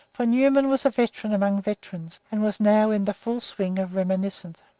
for newman was a veteran among veterans, and was now in the full swing of reminiscence.